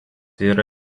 yra